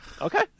Okay